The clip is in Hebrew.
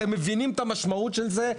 אתם מבינים את המשמעות של זה?